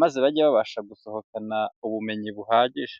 maze bajye babasha gusohokana ubumenyi buhagije.